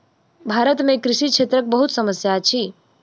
भारत में कृषि क्षेत्रक बहुत समस्या अछि